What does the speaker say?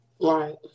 Right